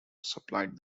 supplied